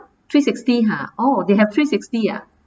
three sixty ha oh they have three sixty ah